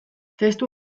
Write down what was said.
testu